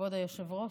כבוד היושב-ראש,